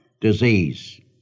disease